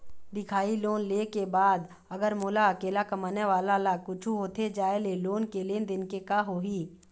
दिखाही लोन ले के बाद अगर मोला अकेला कमाने वाला ला कुछू होथे जाय ले लोन के लेनदेन के का होही?